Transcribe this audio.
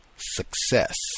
success